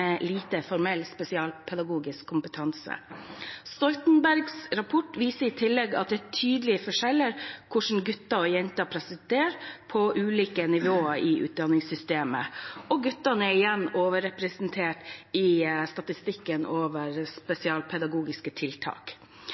lite formell spesialpedagogisk kompetanse. Stoltenbergutvalgets rapport viser i tillegg at det er tydelige forskjeller på hvordan gutter og jenter presterer på ulike nivå i utdanningssystemet, og guttene er igjen overrepresentert i statistikken over spesialpedagogiske tiltak.